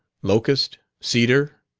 locust, cedar,